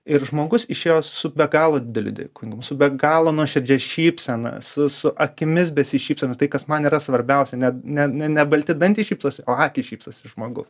ir žmogus išėjo su be galo dideliu dėkungum su be galo nuoširdžia šypsena su su akimis besišypsamas tai kas man yra svarbiausia net ne ne balti dantys šypsosi o akys šypsosi žmogus